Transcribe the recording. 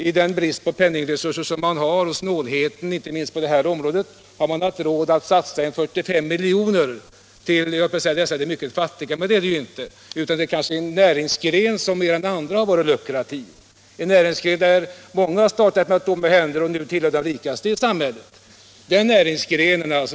I den brist på penningresurser som råder och trots snålheten inte minst på detta område har regeringen haft råd att satsa omkring 45 miljoner till dessa företagare, som verkligen inte tillhör de mycket fattiga utan ingår i en näringsgren som mer än andra varit lukrativ, en näringsgren där många startat med tomma händer och nu tillhör de rikaste i samhället.